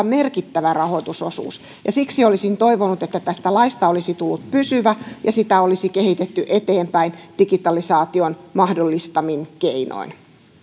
merkittävä rahoitusosuus ja siksi olisin toivonut että tästä laista olisi tullut pysyvä ja sitä olisi kehitetty eteenpäin digitalisaation mahdollistamin keinoin